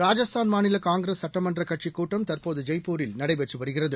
ராஜஸ்தான் மாநில காங்கிரஸ் சட்டமன்ற கட்சிக் கூட்டம் தற்போது ஜெய்பூரில் நடைபெற்று வருகிறது